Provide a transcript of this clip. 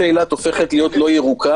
אבל אם אין מחלוקת על הדבר זה,